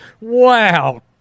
Wow